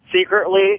secretly